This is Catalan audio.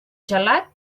gelat